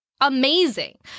amazing